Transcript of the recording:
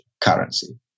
currency